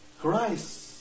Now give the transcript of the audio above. Christ